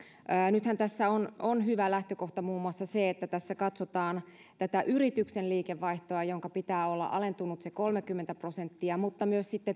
nythän tässä on on hyvä lähtökohta muun muassa se että tässä katsotaan tätä yrityksen liikevaihtoa jonka pitää olla alentunut sen kolmekymmentä prosenttia mutta myös